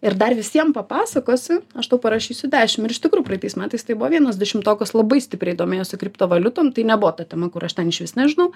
ir dar visiem papasakosi aš tau parašysiu dešimt ir iš tikrųjų praeitais metais taip buvo vienas dešimtokas labai stipriai domėjosi kriptovaliutom tai nebuvo ta tema kur aš ten išvis nežinau